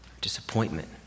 disappointment